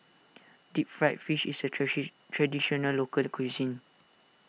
Deep Fried Fish is a Traditional Local Cuisine